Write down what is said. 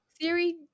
theory